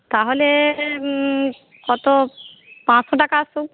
তাহলে কত পাঁচশো টাকা